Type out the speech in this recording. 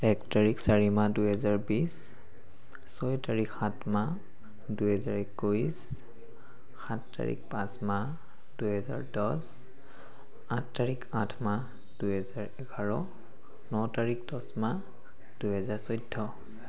এক তাৰিখ চাৰি মাহ দুহেজাৰ বিশ ছয় তাৰিখ সাত মাহ দুহেজাৰ একৈছ সাত তাৰিখ পাঁচ মাহ দুহেজাৰ দহ আঠ তাৰিখ আঠ মাহ দুহেজাৰ এঘাৰ ন তাৰিখ দহ মাহ দুহেজাৰ চৈধ্য